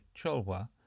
Cholwa